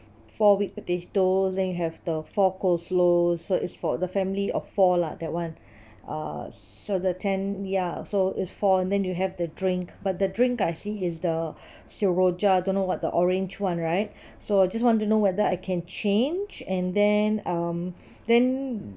four whipped potatoes then you have the four coleslaw so is for the family of four lah that [one] uh so the ten ya so is four then you have the drink but the drink I see is the don't know what the orange [one] right so I just want to know whether I can change and then um then